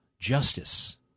justice